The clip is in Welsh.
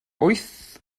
wyth